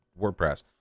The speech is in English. WordPress